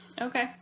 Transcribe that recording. Okay